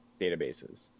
databases